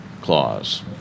clause